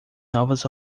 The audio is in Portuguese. novas